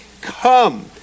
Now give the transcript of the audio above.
come